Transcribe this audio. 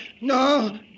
no